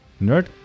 nerd